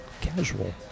casual